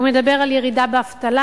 הוא מדבר על ירידה באבטלה,